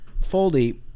Foldy